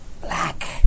Black